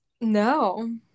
No